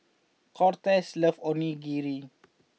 Cortez loves Onigiri